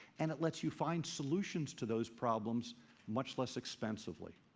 and it lets you find solutions to those problems much less expensively.